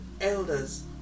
elders